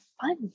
fun